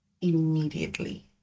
Immediately